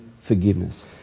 forgiveness